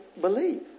believe